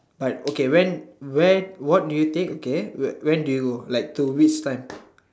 but okay when where what do you take okay when do you like to which time